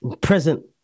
Present